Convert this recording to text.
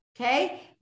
okay